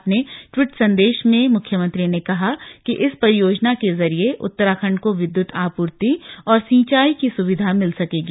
अपने ट्वीट संदेश में मुख्यमंत्री ने कहा कि इस परियोजना के जरिए उत्तराखंड को विद्यत आपूर्ति और सिंचाई की सुविधा मिल सकेगी